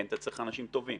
אתה צריך אנשים טובים.